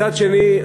מצד שני,